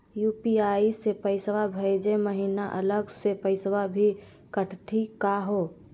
UPI स पैसवा भेजै महिना अलग स पैसवा भी कटतही का हो?